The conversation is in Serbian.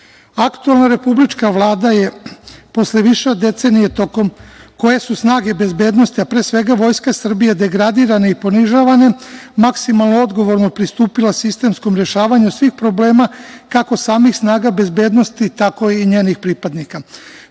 građana. Aktuelna republička Vlada je posle više od decenije tokom koje su snage bezbednosti, a pre svega Vojska Srbije, degradirane i ponižavane maksimalno odgovorno pristupila sistemskom rešavanju svih problema, kako samih snaga bezbednosti, tako i njenih pripadnika. Poslednjih